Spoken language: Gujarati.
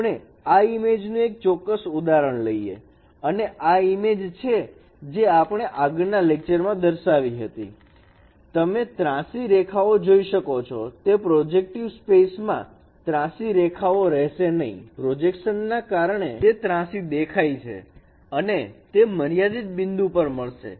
આપણે આ ઇમેજ નું એક ચોક્કસ ઉદાહરણ લઈએ અને આ એક ઇમેજ છે જે આપણે આગળના લેક્ચર માં દર્શાવી હતી અને તમે ત્રાસી રેખાઓ જોઈ શકો છો તે પ્રોજેક્ટિવ સ્પેસ માં ત્રાસી રેખાઓ રહેશે નહીં પ્રોજેક્શન ના કારણે તે ત્રાસી દેખાય છે અને તે મર્યાદિત બિંદુ પર મળશે